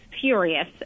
furious